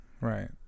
right